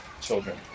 children